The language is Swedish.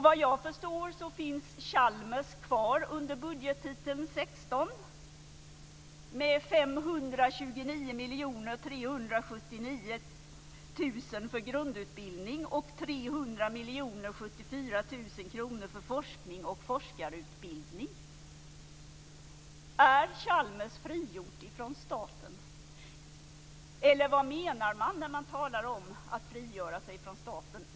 Vad jag förstår finns Är Chalmers frigjort från staten? Vad menar man när man talar om att frigöra sig från staten?